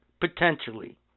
potentially